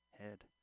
head